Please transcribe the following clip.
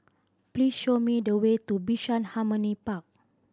please show me the way to Bishan Harmony Park